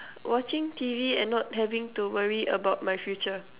watching T V and not having to worry about my future